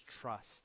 trust